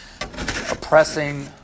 oppressing